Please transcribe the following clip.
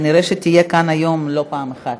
כנראה תהיה כאן היום לא פעם אחת.